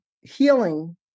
healing